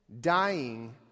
dying